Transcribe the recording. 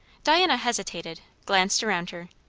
diana hesitated glanced around her.